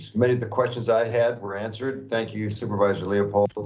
many of the questions i had, were answered, thank you, supervisor, leopold.